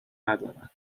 ندارن